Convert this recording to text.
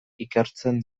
ikertzen